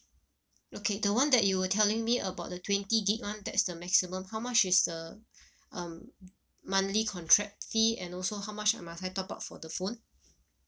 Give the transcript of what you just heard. okay the one that you were telling me about the twenty gig [one] that's the maximum how much is the um monthly contract fee and also how much must I top up for the phone